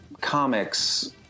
Comics